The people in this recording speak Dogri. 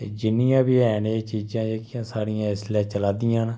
ते जिन्नियां बी हैन एह् चीजां जेह्कियां साढ़ियां इसलै चलादियां न